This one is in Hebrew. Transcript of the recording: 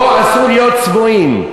פה אסור להיות צבועים.